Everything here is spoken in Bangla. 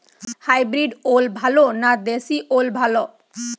হাইব্রিড ওল ভালো না দেশী ওল ভাল?